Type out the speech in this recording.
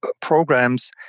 programs